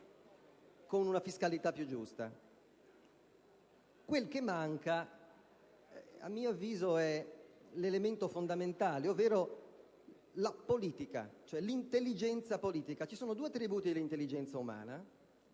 con una fiscalità più giusta. Quel che manca, a mio avviso, è l'elemento fondamentale, ovvero l'intelligenza politica. Sono due gli attributi della intelligenza umana: